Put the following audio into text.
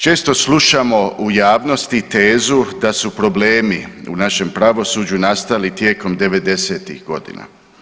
Često slušamo u javnosti tezu da su problemi u našem pravosuđu nastali tijekom '90.-tih godina.